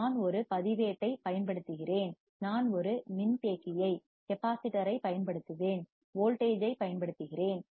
நான் ஒரு பதிவேட்டைப் பயன்படுத்துகிறேன் நான் ஒரு மின்தேக்கியைப்கெப்பாசிட்டர்பயன்படுத்துவேன் வோல்டேஜ் ஐப் பயன்படுத்துகிறேன்